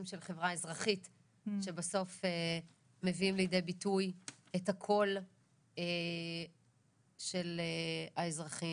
של חברה אזרחית שבסוף מביאים לידי ביטוי את הקול של האזרחים,